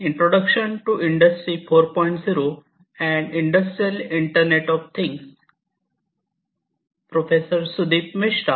आतापर्यंत च्या लेक्चर्स मध्ये आपण इंडस्ट्रि 4